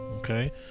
Okay